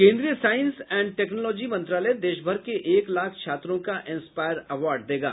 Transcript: केन्द्रीय science and technology मंत्रालय देशभर के एक लाख छात्रों को इंस्पायर अवार्ड देगा